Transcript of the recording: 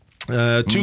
Two